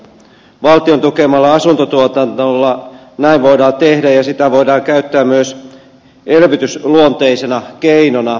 valtion tukemalla asuntotuotannolla näin voidaan tehdä ja sitä voidaan käyttää myös elvytysluonteisena keinona